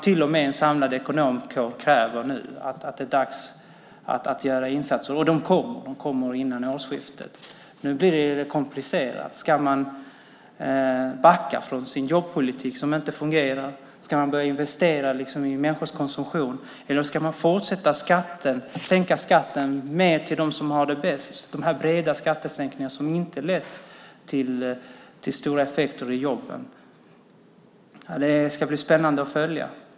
Till och med en samlad ekonomkår kräver nu insatser. Och de kommer. De kommer före årsskiftet. Nu blir det komplicerat. Ska man backa från sin jobbpolitik som inte fungerar? Ska man börja investera i människors konsumtion? Eller ska man fortsätta sänka skatten, mer till dem som har det bäst, med de breda skattesänkningar som inte har lett till stora effekter beträffande jobben? Det ska bli spännande att följa.